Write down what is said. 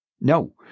No